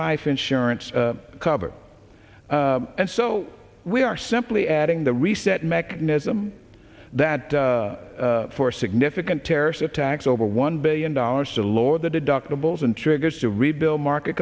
life insurance cover and so we are simply adding the reset mechanism that for significant terrorist attacks over one billion dollars to lower the deductibles and triggers to rebuild market